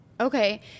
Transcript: Okay